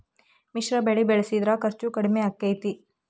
ಮಿಶ್ರ ಬೆಳಿ ಬೆಳಿಸಿದ್ರ ಖರ್ಚು ಕಡಮಿ ಆಕ್ಕೆತಿ?